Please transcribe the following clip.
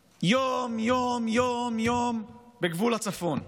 יום-יום, יום-יום, בגבול הצפון?